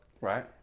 Right